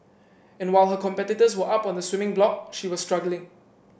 and while her competitors were up on the swimming block she was struggling